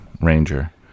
ranger